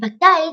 בקיץ,